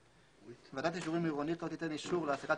(ב) ועדת אישורים עירונית לא תיתן אישור להעסקת